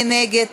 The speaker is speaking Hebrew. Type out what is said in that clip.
מי נגד?